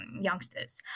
youngsters